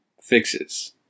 fixes